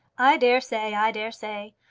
i dare say i dare say.